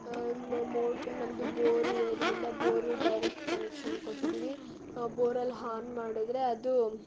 motor ನಮ್ಮದು bore ಇರೋದರಿಂದ ಬೋರ್ಗೆ ಡೈರೆಕ್ಟ್ ಕನೆಕ್ಷನ್ ಕೊಟ್ಟಿದ್ದೀವಿ ಬೋರಲ್ಲಿ ಹಾನ್ ಮಾಡಿದ್ರೆ ಅದು